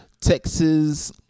Texas